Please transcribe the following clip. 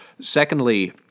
Secondly